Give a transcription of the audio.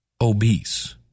obese